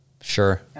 Sure